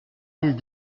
elles